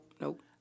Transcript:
Nope